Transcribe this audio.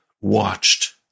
watched